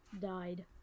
Died